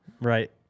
Right